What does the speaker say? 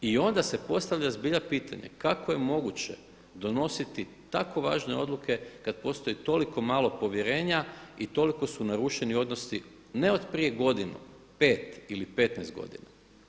I onda se postavlja zbilja pitanje, kako je moguće donositi tako važne odluke kada postoji toliko malo povjerenja i toliko su narušeni odnosi ne od prije godinu, pet ili petnaest godina?